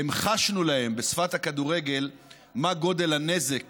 והמחשנו להם בשפת הכדורגל מה גודל הנזק